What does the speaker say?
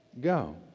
go